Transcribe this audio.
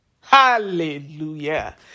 Hallelujah